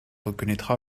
reconnaîtra